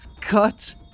cut